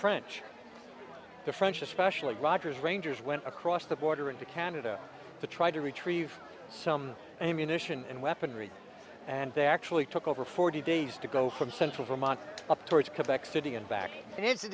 french the french especially rogers rangers went across the border into canada to try to retrieve some ammunition and weaponry and they actually took over forty days to go from central vermont up towards